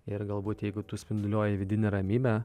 ir galbūt jeigu tu spinduliuoji vidinę ramybę